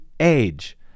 age